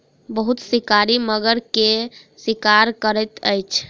बहुत शिकारी मगर के शिकार करैत अछि